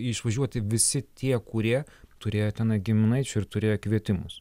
išvažiuoti visi tie kurie turėjo tenai giminaičių ir turėjo kvietimus